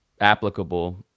applicable